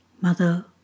Mother